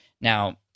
Now